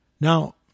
Now